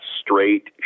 straight